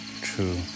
true